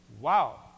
Wow